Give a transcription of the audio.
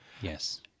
yes